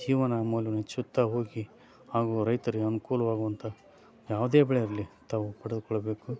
ಜೀವನ ಮೌಲ್ಯವನ್ನು ಹೆಚ್ಚಿಸುತ್ತಾ ಹೋಗಿ ಹಾಗೂ ರೈತರಿಗೆ ಅನುಕೂಲವಾಗುವಂಥ ಯಾವುದೇ ಬೆಳೆ ಇರಲಿ ತಾವು ಪಡೆದುಕೊಳ್ಳಬೇಕು